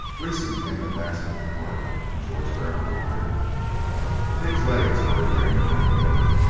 gleeson came at last with the cart and george brown the liar the pig's legs were again tied together,